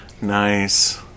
nice